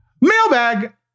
Mailbag